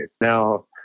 Now